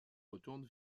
retourne